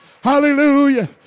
Hallelujah